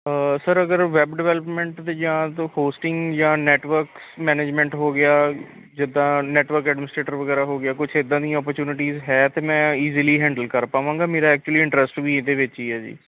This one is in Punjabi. ਸਰ ਅਗਰ ਵੈਬ ਡਿਵੈਲਪਮੈਂਟ ਦੇ ਜਾਂ ਤਾਂ ਹੋਸਟਿੰਗ ਜਾਂ ਨੈਟਵਰਕਸ ਮੈਨੇਜਮੈਂਟ ਹੋ ਗਿਆ ਜਿੱਦਾਂ ਨੈਟਵਰਕ ਐਡਮਿਨਿਸਟਰੇਟਰ ਵਗੈਰਾ ਹੋ ਗਿਆ ਕੁਛ ਇੱਦਾਂ ਦੀਆਂ ਓਪੋਰਚੁਨਿਟੀਜ ਹੈ ਤਾਂ ਮੈਂ ਈਜ਼ੀਲੀ ਹੈਂਡਲ ਕਰ ਪਾਵਾਂਗਾ ਮੇਰਾ ਐਕਚੁਲੀ ਇੰਟਰਸਟ ਵੀ ਇਹਦੇ ਵਿੱਚ ਹੀ ਹੈ ਜੀ